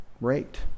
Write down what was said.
rate